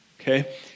Okay